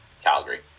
Calgary